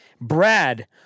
Brad